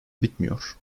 bitmiyor